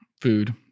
food